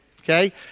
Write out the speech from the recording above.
okay